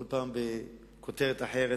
כל פעם בכותרת אחרת,